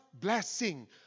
blessing